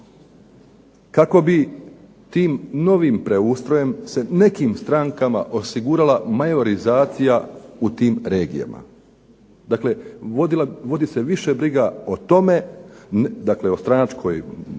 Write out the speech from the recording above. kako bi tim novim preustrojem se nekim strankama osigurala majorizacija u tim regijama. Dakle, vodi se više briga o tome, dakle o stranačkom broju